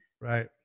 right